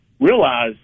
realize